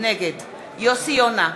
נגד יוסי יונה,